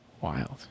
Wild